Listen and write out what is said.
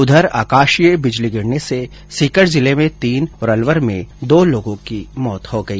उधर आकाशीय बिजली गिरने से सीकर जिले में तीन और अलवर में दो लोगों की मौत हो गई